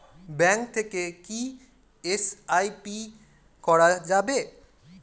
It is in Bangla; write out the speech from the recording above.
ব্যাঙ্ক থেকে কী এস.আই.পি করা যাবে?